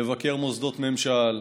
לבקר מוסדות ממשל,